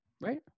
right